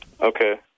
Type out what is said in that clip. Okay